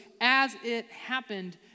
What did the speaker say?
as-it-happened